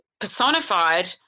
personified